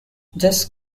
this